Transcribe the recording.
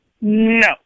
No